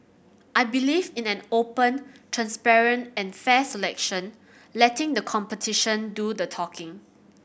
I believe in an open transparent and fair selection letting the competition do the talking